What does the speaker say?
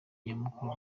nyamukuru